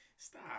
Stop